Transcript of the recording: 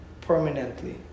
permanently